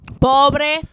Pobre